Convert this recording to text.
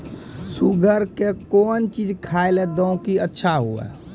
Sugar के कौन चीज खाली दी कि अच्छा हुए?